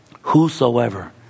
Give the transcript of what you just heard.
whosoever